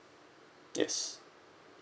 yes